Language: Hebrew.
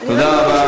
תודה רבה.